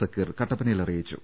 സക്കീർ കട്ടപ്പനയിൽ അറിയിച്ചു